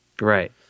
Right